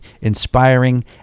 inspiring